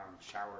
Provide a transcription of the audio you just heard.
shower